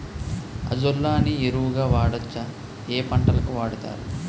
Azolla ని ఎరువు గా వాడొచ్చా? ఏ పంటలకు వాడతారు?